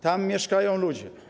Tam mieszkają ludzie.